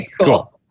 cool